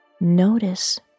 Notice